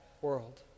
world